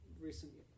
recently